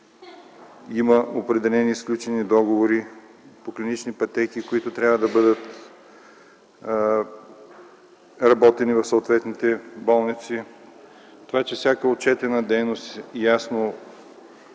има определени сключени договори по клинични пътеки, които трябва да бъдат работени в съответните болници, това, че всяка отчетена дейност, ясно